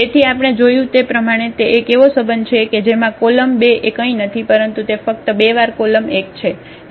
તેથી આપણે જોયું તે પ્રમાણે તે એક એવો સંબંધ છે કે જેમાં કોલમ 2 એ કંઈ નથી પરંતુ તે ફક્ત બે વાર કોલમ 1 છે